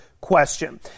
question